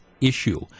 issue